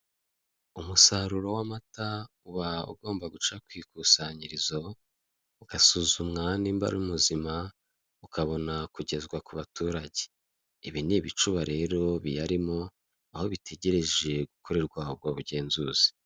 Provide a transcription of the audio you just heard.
Umusaruro w'amata uba ugomba guca kw' ikusanyirizo ugasuzumwa nimba ari muzima ukabona kugezwa kubaturage ibi n'ibicuba rero biyarimo aho bitegereje gukorerwa ubwo ubugenzuzi.